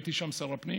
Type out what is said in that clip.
שהייתי שם שר הפנים.